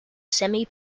semi